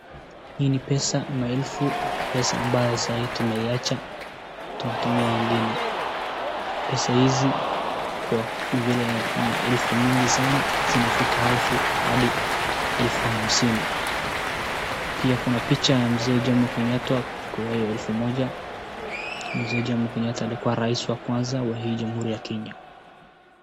Hii ni pesa, ma elfu, pesa ambayo sahi tumieacha, tunatumia ingine. Pesa hizi kwa vile ni elfu mingi sana, zinafika elfu hadi elfu hamsini. Pia kuna picha ya Mzee Jomo Kenyatta kwa hio elfu moja. Mzee Jomo Kenyatta alikuwa raisi wa kwanza wa hii Jamhuri ya Kenya.